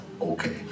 okay